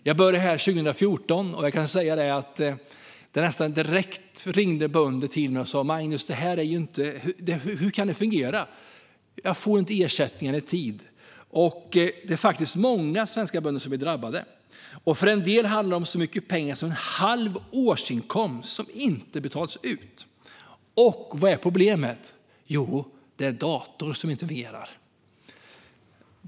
Jag började här i riksdagen 2014, och jag kan säga att bönder ringde till mig nästan direkt och sa: "Magnus, hur kan det här fungera? Jag får inte ersättningarna i tid." Det är många svenska bönder som är drabbade, och för en del handlar det om så mycket pengar som en halv årsinkomst som inte har betalats ut. Och vad är problemet? Jo, det är datorer som inte fungerar.